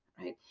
right